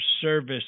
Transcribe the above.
service